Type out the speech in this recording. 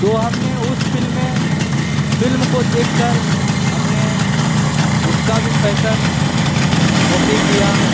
तो हमने उस फिल्म में फिल्म को देखकर हमने उसका भी फैशन कॉपी किया